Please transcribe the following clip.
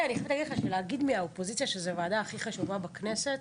להגיד מהאופוזיציה שזו הוועדה הכי חשובה בכנסת,